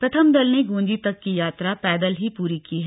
प्रथम दल ने गूंजी तक की यात्रा पैदल ही पूरी की है